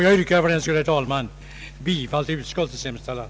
Jag yrkar därför, herr talman, bifall till utskottets hemställan.